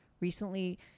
Recently